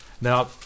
Now